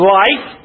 life